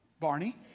Barney